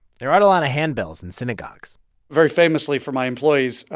there aren't a lot of handbells in synagogues very famously for my employees,